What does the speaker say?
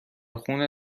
خون